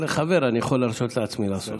לחבר אני יכול להרשות לעצמי לעשות.